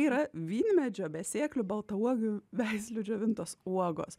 yra vynmedžio besėklių baltauogių veislių džiovintos uogos